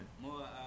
More